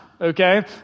okay